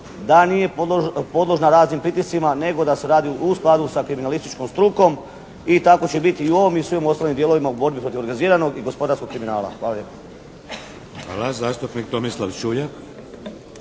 da nije podložna raznim pritiscima nego da se radi u skladu sa kriminalističkom strukom i tako će biti i u ovom i u svim ostalim dijelovima u borbi organiziranog i gospodarskog kriminala. Hvala lijepo.